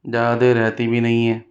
ज़्यादा देर रहती भी नहीं है